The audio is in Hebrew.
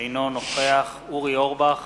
אינו נוכח אורי אורבך,